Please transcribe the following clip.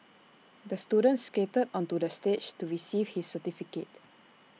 the student skated onto the stage to receive his certificate